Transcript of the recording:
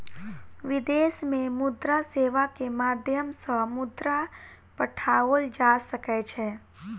विदेश में मुद्रा सेवा के माध्यम सॅ मुद्रा पठाओल जा सकै छै